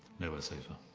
nowhere safer?